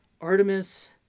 Artemis